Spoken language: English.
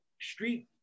street